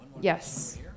Yes